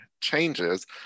changes